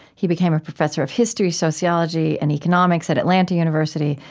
he became a professor of history, sociology, and economics at atlanta university.